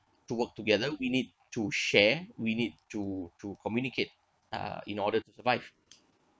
to work together we need to share we need to to communicate uh in order to survive